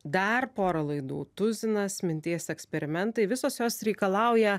dar porą laidų tuzinas minties eksperimentai visos jos reikalauja